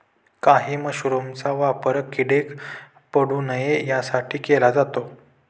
काही मशरूमचा वापर किडे पडू नये यासाठी केला जातो